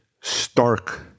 stark